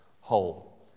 whole